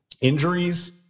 injuries